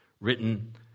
written